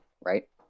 right